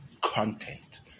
content